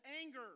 anger